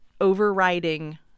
overriding